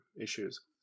issues